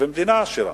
ומדינה עשירה.